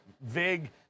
vig